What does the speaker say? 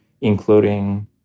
including